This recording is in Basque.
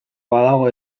badago